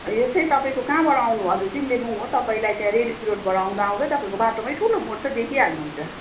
यो चाहिँ तपाईँको कहाँबाट आउनु हजुर सिन्देबुङ हो तपाईँलाई त्यहाँ रेली रोडबाटै आउँदा आउँदै तपाईँको बाटोमै ठुलो बोर्ड छ देखिहाल्नु हुन्छ